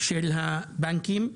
של הבנקים,